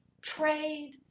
trade